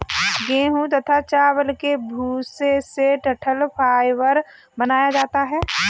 गेहूं तथा चावल के भूसे से डठंल फाइबर बनाया जाता है